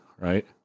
right